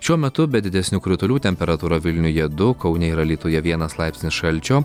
šiuo metu be didesnių kritulių temperatūra vilniuje du kaune ir alytuje vienas laipsnis šalčio